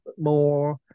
more